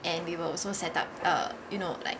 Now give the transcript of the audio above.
and we will also set up uh you know like